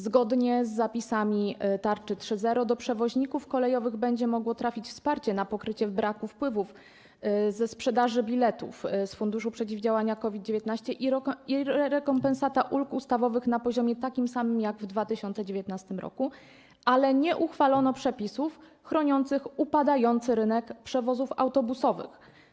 Zgodnie z zapisami tarczy 3.0 do przewoźników kolejowych będzie mogło trafić wsparcie na pokrycie braku wpływów ze sprzedaży biletów z Funduszu Przeciwdziałania COVID-19 i rekompensata ulg ustawowych na poziomie takim samym jak w 2019 r., ale nie uchwalono przepisów chroniących upadający rynek przewozów autobusowych.